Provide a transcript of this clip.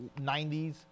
90s